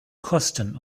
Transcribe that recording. kosten